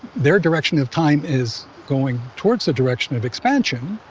their direction of time is going towards the direction of expansion.